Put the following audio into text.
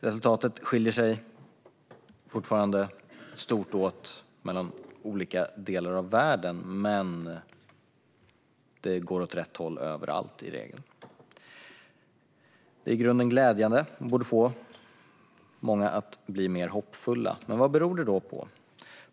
Resultatet skiljer sig fortfarande mycket åt mellan olika delar av världen, men det går i regel åt rätt håll överallt. Detta är i grunden glädjande och borde få många att bli mer hoppfulla, men vad beror det på?